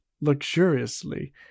luxuriously